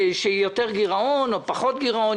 שיהיה יותר גירעון או פחות גירעון,